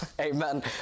Amen